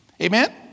Amen